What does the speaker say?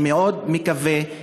אני מקווה מאוד,